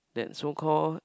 that so call